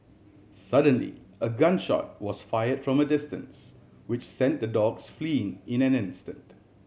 suddenly a gun shot was fire from a distance which sent the dogs fleeing in an instant